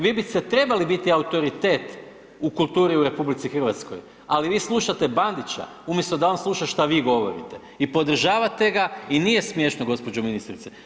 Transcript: Vi ste, vi biste trebali biti autoritet u kulturi u RH, ali vi slušate Bandića umjesto da on sluša šta vi govorite i podržavate ga i nije smiješno gđo. ministrice.